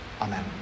Amen